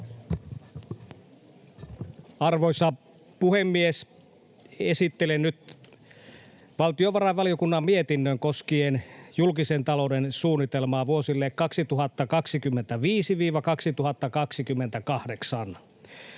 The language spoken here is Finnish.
Arvoisa puhemies! Esittelen nyt valtiovarainvaliokunnan mietinnön koskien julkisen talouden suunnitelmaa vuosille 2025—2028.